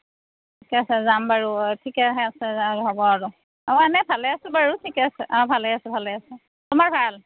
ঠিকে আছে যাম বাৰু ঠিকে আছে যাম হ'ব আৰু অঁ এনে ভালে আছোঁ বাৰু ঠিকে আছোঁ অঁ ভালে আছোঁ ভালে আছোঁ তোমাৰ ভাল